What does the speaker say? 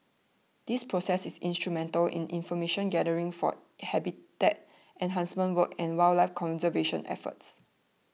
this process is instrumental in information gathering for habitat enhancement work and wildlife conservation efforts